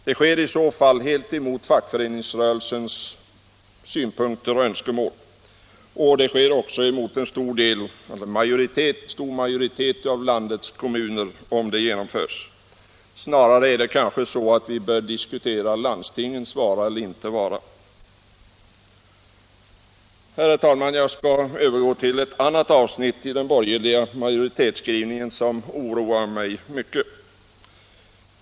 Det sker i så fall helt emot fackföreningsrörelsens synpunkter och önskemål. Och det sker emot en stor majoritet av landets kommuner om det genomförs. Snarare är det kanske så att vi bör diskutera landstingens vara eller inte vara. Herr talman! Jag skall övergå till ett annat avsnitt i den borgerliga majoritetsskrivningen som oroar mig mycket.